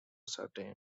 certain